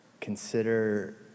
consider